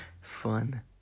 fun